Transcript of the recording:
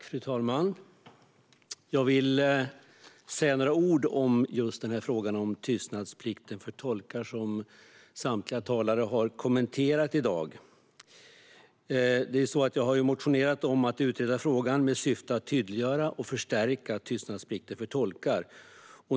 Fru talman! Jag vill säga några ord om frågan om tystnadsplikt för tolkar, som samtliga talare har kommenterat i dag. Jag har motionerat om att man ska utreda frågan med syfte att tydliggöra och förstärka tystnadsplikten för tolkar.